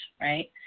Right